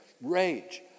rage